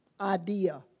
idea